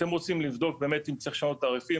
אתם רוצים לבדוק באמת אם צריך לשנות תעריפים?